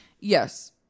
Yes